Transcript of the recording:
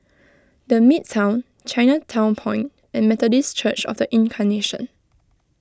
the Midtown Chinatown Point and Methodist Church of the Incarnation